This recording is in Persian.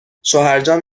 شوهرجان